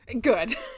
Good